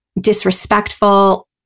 disrespectful